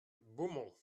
beaumont